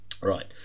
right